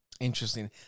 Interesting